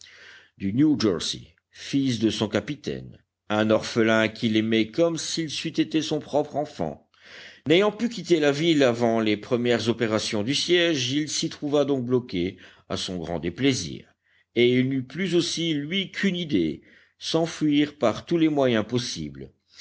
du new jersey fils de son capitaine un orphelin qu'il aimait comme si c'eût été son propre enfant n'ayant pu quitter la ville avant les premières opérations du siège il s'y trouva donc bloqué à son grand déplaisir et il n'eut plus aussi lui qu'une idée s'enfuir par tous les moyens possibles